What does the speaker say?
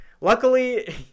luckily